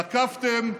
תקפתם,